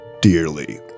dearly